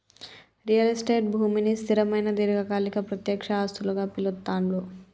real estate భూమిని స్థిరమైన దీర్ఘకాలిక ప్రత్యక్ష ఆస్తులుగా పిలుత్తాండ్లు